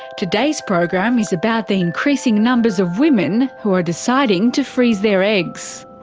today's program is about the increasing numbers of women who are deciding to freeze their eggs.